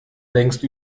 längst